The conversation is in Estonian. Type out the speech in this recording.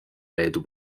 leedu